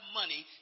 money